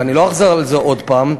ולא אחזור על זה עוד פעם,